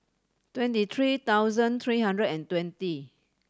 twenty three thousand three hundred and twenty